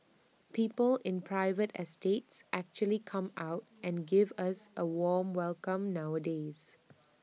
people in private estates actually come out and give us A warm welcome nowadays